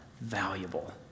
valuable